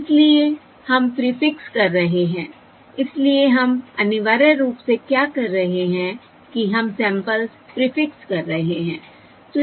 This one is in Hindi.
इसलिए हम प्रीफिक्स कर रहे हैं इसलिए हम अनिवार्य रूप से क्या कर रहे हैं कि हम सैंपल्स प्रीफिक्स कर रहे हैं